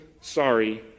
sorry